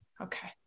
Okay